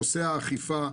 נושא האכיפה,